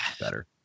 better